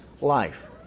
life